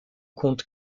compte